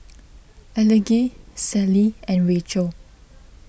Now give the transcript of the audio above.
Elige Sallie and Rachel